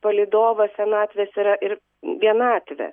palydovas senatvės yra ir vienatvė